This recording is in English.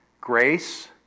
Grace